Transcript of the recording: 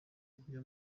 kujya